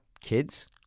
Kids